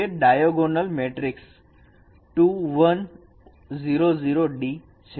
તે diagonal matrix છે